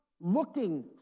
looking